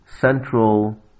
central